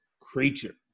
creature